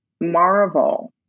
marvel